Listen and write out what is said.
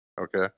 Okay